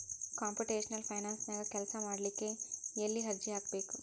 Computational ಫೈನಾನ್ಸನ್ಯಾಗ ಕೆಲ್ಸಾಮಾಡ್ಲಿಕ್ಕೆ ಎಲ್ಲೆ ಅರ್ಜಿ ಹಾಕ್ಬೇಕು?